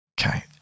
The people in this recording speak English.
Okay